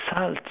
salt